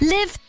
Live